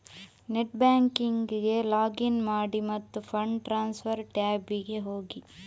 net ಬ್ಯಾಂಕಿಂಗಿಗೆ login ಮಾಡಿ ಮತ್ತು ಫಂಡ್ ಟ್ರಾನ್ಸ್ಫರ್ ಟ್ಯಾಬಿಗೆ ಹೋಗಿ